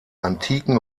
antiken